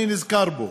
אני נזכר בו.